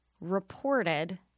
reported